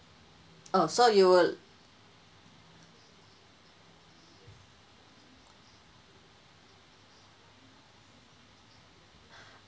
uh so you will